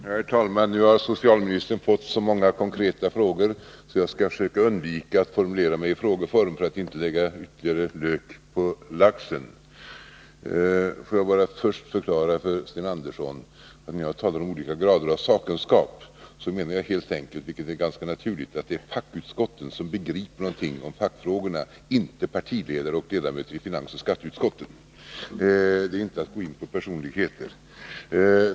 Herr talman! Nu har socialministern fått så många konkreta frågor att jag skall försöka undvika att formulera mig i frågeform för att inte lägga ytterligare lök på laxen. Låt mig bara först förklara för Sten Andersson att när jag talar om olika grader av sakkunskap så menar jag helt enkelt — vilket är ganska naturligt Nr 51 att det är fackutskotten som begriper någonting i fackfrågorna, inte Onsdagen den partiledare och ledamöter i finansoch skatteutskotten! Det är inte att gå in 15 december 1982 på personligheter.